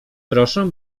proszę